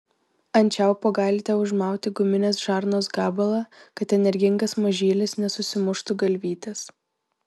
ant čiaupo galite užmauti guminės žarnos gabalą kad energingas mažylis nesusimuštų galvytės